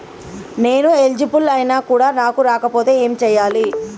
నేను ఎలిజిబుల్ ఐనా కూడా నాకు రాకపోతే ఏం చేయాలి?